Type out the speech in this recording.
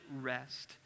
rest